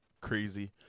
crazy